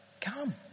come